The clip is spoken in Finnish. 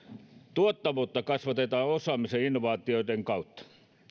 tuottavuutta kasvatetaan osaamisen ja innovaatioiden kautta